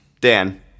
Dan